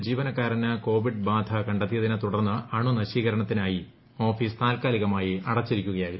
ഒരു ജീവനക്കാരന് കോവിഡ് ബാധ കണ്ടെത്തിയതിനെ തുടർന്ന് അണുനശീകരണത്തിനായി ഓഫീസ് താൽക്കാലികമായി അടച്ചിരിക്കുകയാണ്